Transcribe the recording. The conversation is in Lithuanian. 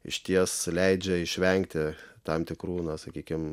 išties leidžia išvengti tam tikrų na sakykim